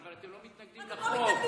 אי-אפשר ככה, אני לא מצליח לענות לך.